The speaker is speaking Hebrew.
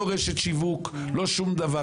לא רשת שיווק, לא שום דבר.